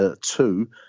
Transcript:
two